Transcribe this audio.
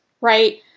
right